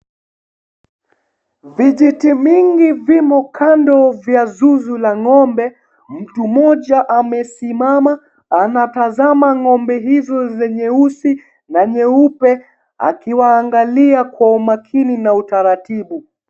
Vijiti mingi vimo kando vya zizi la ngombe mtu mmoja amesimama anatazama ngombe hizo zenye nyeusi na nyeupe akiwaangalia kwa umakini na utaratibu.